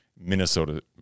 Minnesota